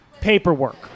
Paperwork